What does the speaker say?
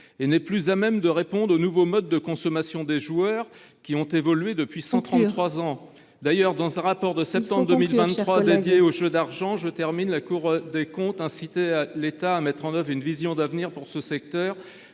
elle n’est plus à même de répondre aux nouveaux modes de consommation des joueurs, car ces modes ont évolué depuis 133 ans. Il faut conclure. D’ailleurs, dans son rapport de septembre 2023 dédié aux jeux d’argent, la Cour des comptes incite l’État à mettre en œuvre une vision d’avenir pour ce secteur